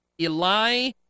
Eli